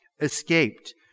escaped